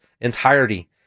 entirety